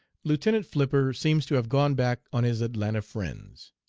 lieutenant flipper, seems to have gone back on his atlanta friends.